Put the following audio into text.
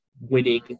winning